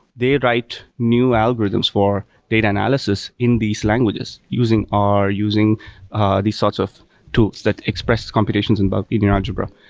they write new algorithms for data analysis in these languages using r, using these sorts of tools that expresses computations and bug in your algebra.